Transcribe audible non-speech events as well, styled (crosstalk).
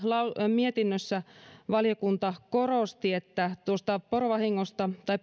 mietinnössä valiokunta korosti että kun porovahingosta tai (unintelligible)